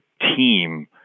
team